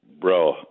Bro